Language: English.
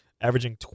averaging